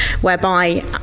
whereby